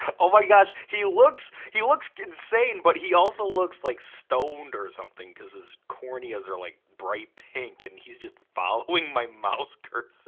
oh my gosh. he looks he looks insane but he also looks like stoned or something cause his corneas are like bright pink and he's just following my mouse cursor.